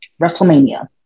Wrestlemania